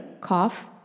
cough